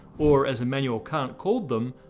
or as immanuel kant called them,